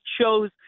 shows